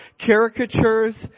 caricatures